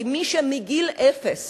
כי מי שמגיל אפס